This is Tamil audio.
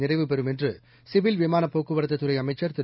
நிறைவு பெறும் என்று சிவில் விமான போக்குவரத்துத் துறை அமைச்சர் திரு